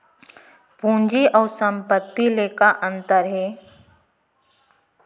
पूंजी अऊ संपत्ति ले का अंतर हे?